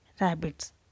rabbits